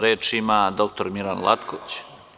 Reč ima dr Milan Latković.